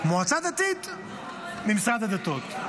המועצה הדתית ממשרד הדתות.